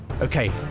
Okay